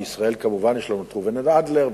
בישראל כמובן יש לנו ראובן אדלר,